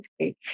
Okay